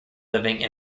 living